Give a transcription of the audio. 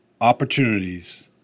opportunities